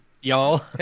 y'all